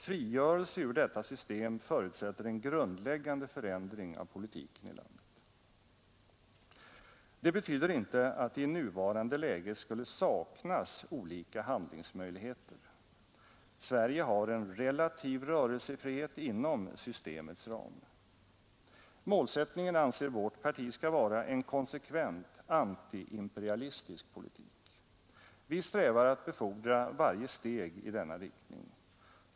Frigörelse ur detta system förutsätter en grundläggande förändring av politiken i landet. Detta betyder inte att det i nuvarande läge skulle saknas olika handlingsmöjligheter. Sverige har en relativ rörelsefrihet inom systemets ram. Målsättningen anser vårt parti skall vara en konsekvent antiimperialistisk politik. Vi strävar att befordra varje steg i denna riktning.